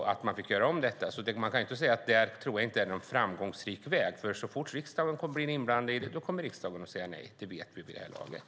Jag tror inte att det är någon framgångsrik väg, för så fort riksdagen blir inblandad säger riksdagen nej. Det vet vi vid det här laget.